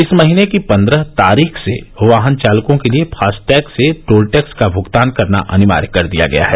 इस महीने की पन्द्रह तारीख से वाहन चालकों के लिए फास्टैग से टोलटैक्स का भुगतान करना अनिवार्य कर दिया गया है